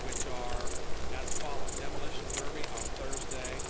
which are as follows. demolition derby on thursday.